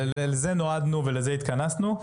לזה נועדנו ולזה התכנסנו.